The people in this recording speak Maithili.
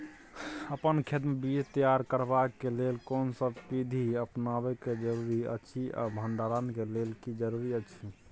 अपन खेत मे बीज तैयार करबाक के लेल कोनसब बीधी अपनाबैक जरूरी अछि आ भंडारण के लेल की जरूरी अछि?